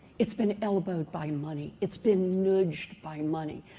it's been elbowed by money. it's been nudged by money.